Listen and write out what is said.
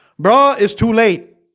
bra is too late